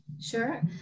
sure